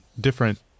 different